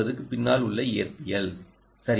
பின்னால் உள்ள இயற்பியல் சரியா